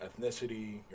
ethnicity